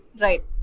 right